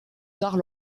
tard